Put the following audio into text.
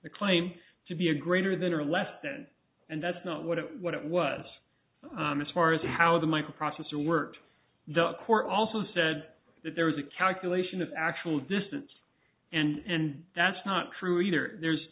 the claim to be a greater than or less than and that's not what it what it was as far as how the microprocessor worked the court also said that there was a calculation of actual distance and that's not true either there's